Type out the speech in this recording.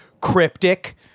cryptic